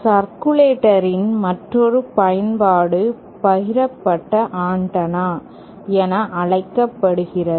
circulator இன் மற்றொரு பயன்பாடு பகிரப்பட்ட ஆண்டெனா என அழைக்கப்படுகிறது